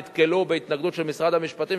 נתקלו בהתנגדות של משרד המשפטים,